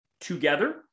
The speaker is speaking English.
together